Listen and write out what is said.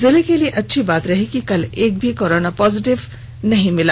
जिले के लिए अच्छी बात रही कि कल एक भी कोरोना पॉजिटिव का मामला नहीं आया